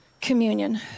communion